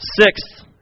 Sixth